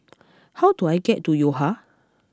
how do I get to Yo Ha